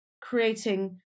creating